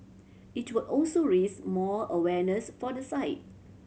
it will also raise more awareness for the site